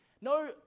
no